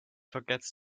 forgets